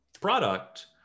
product